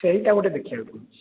ସେଇଟା ଗୋଟେ ଦେଖିବାକୁ ପଡ଼ୁଛି